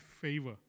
favor